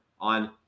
on